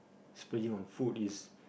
splurging on food is